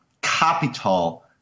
capital